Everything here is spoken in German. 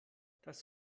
das